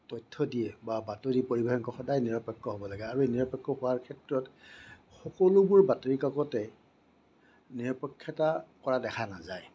তথ্য দিয়ে বা বাতৰি পৰিৱেশনক সদায় নিৰপেক্ষ হ'ব লাগে আৰু এই নিৰপেক্ষ হোৱাৰ ক্ষেত্ৰত সকলোবোৰ বাতৰি কাকতে নিৰপেক্ষতা কৰা দেখা নাযায়